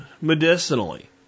medicinally